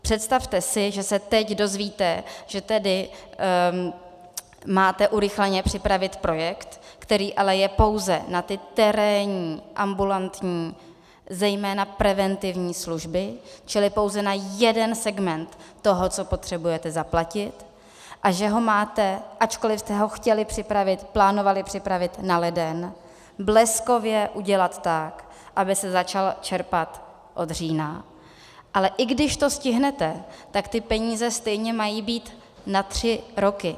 Představte si, že se teď dozvíte, že tedy máte urychleně připravit projekt, který ale je pouze na ty terénní ambulantní, zejména preventivní služby, čili pouze na jeden segment toho, co potřebujete zaplatit, a že ho máte, ačkoliv jste ho chtěli připravit, plánovali připravit na leden, bleskově udělat tak, aby se začalo čerpat od října, ale i když to stihnete, tak ty peníze stejně mají být na tři roky.